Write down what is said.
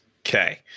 Okay